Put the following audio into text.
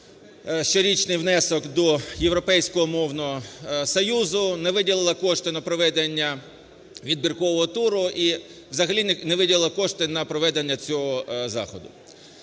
щорічний внесок до Європейського мовного союзу, не виділила кошти на проведення відбіркового туру і взагалі не виділила кошти на проведення цього заходу.